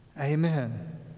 amen